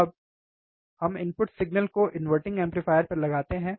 अब हम input signal को इनवर्टिंग एम्पलीफायर पर लगाते हैं